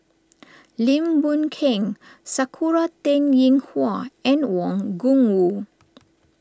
Lim Boon Keng Sakura Teng Ying Hua and Wang Gungwu